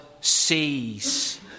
sees